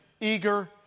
eager